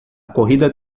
corrida